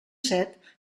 set